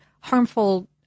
harmful